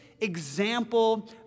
example